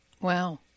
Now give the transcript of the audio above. Wow